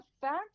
fact